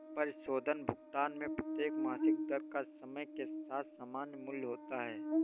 परिशोधन भुगतान में प्रत्येक मासिक दर का समय के साथ समान मूल्य होता है